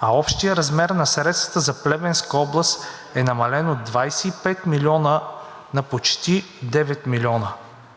А общият размер на средствата за Плевенска област е намален от 25 милиона на почти 9 милиона.